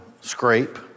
scrape